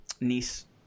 niece